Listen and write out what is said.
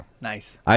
Nice